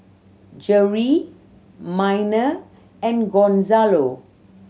Jerri Miner and Gonzalo